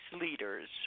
Leaders